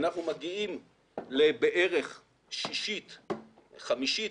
ואנחנו מגיעים בערך לשישית, לחמישית,